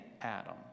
Adam